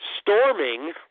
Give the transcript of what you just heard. storming